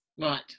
right